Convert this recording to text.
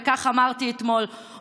וכך אמרתי אתמול,